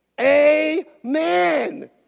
Amen